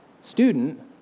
student